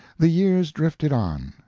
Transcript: the years drifted on.